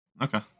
Okay